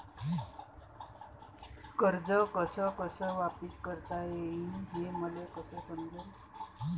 कर्ज कस कस वापिस करता येईन, हे मले कस समजनं?